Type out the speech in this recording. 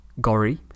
Gori